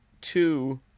two